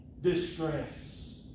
distress